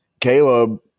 Caleb